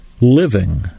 living